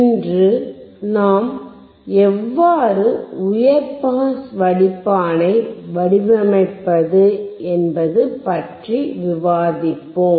இன்று நாம் எவ்வாறு உயர் பாஸ் வடிப்பாண்ணை வடிவமைப்பது என்பது பற்றி விவாதிப்போம்